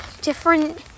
Different